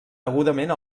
degudament